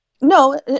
No